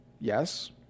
Yes